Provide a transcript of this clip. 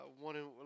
one